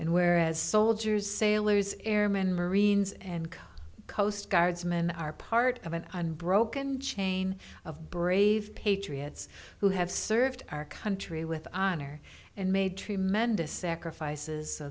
and whereas soldiers sailors airmen marines and coast guardsmen are part of an unbroken chain of brave patriots who have served our country with honor and made tremendous sacrifices